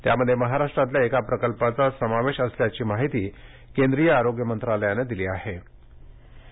त्यामध्ये महाराष्ट्रातल्या एका प्रकल्पाचा समावेश असल्याची माहिती केंद्रीय आरोग्य मंत्रालयानं ट्विटरद्वारे दिली आहे